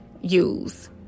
use